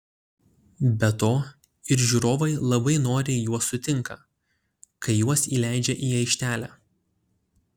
be to ir žiūrovai labai noriai juos sutinka kai juos įleidžia į aikštelę